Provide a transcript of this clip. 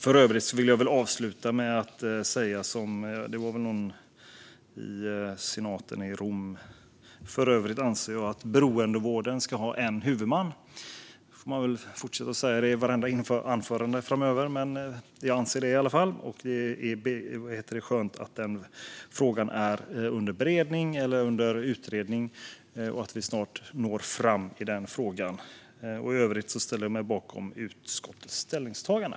Jag vill avsluta med att säga ungefär som någon i senaten i Rom, tror jag att det var: För övrigt anser jag att beroendevården ska ha en huvudman. Det får jag väl fortsätta att säga i vartenda anförande framöver, men jag anser i alla fall det. Det är skönt att frågan är under utredning och att vi snart når fram i den. I övrigt ställer jag mig bakom utskottets ställningstagande.